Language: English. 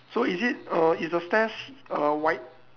so is it uh is the stairs uh white